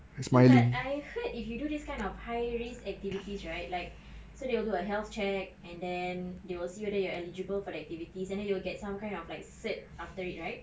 eh but I heard if you do this kind of high risk activities right like so they will do a health check and then they will see whether you're eligible for activities and then you'll get some kind of like cert after it right